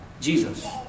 Jesus